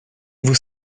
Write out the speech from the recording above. vous